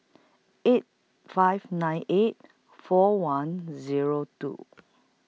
eight five nine eight four one Zero two